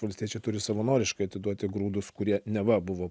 valstiečiai turi savanoriškai atiduoti grūdus kurie neva buvo